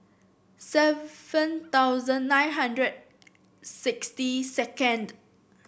seven thousand nine hundred sixty second